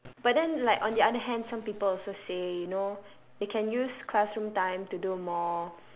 but then like on the other hand some people also say you know they can use classroom time to do more